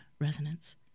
resonance